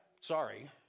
Sorry